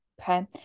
okay